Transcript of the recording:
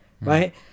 right